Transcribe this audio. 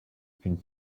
qu’une